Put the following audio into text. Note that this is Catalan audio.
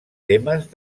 temes